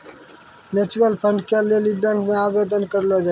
mutual fund के लेली bank मे आवेदन करलो जाय छै